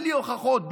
בלי הוכחות,